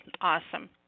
awesome